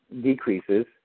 decreases